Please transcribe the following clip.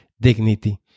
dignity